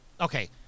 Okay